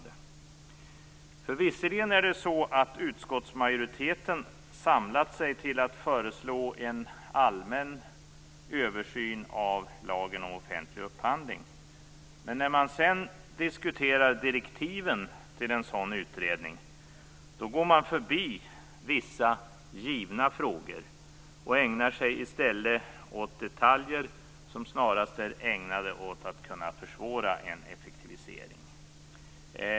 Visserligen har utskottsmajoriteten samlat sig till att föreslå en allmän översyn av lagen om offentlig upphandling. Men när man sedan diskuterar direktiven till en sådan utredning går man förbi vissa givna frågor och ägnar sig i stället åt detaljer som snarast är ägnade att kunna försvåra en effektivisering.